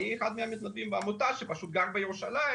אני אחד המתנדבים בעמותה שגר בירושלים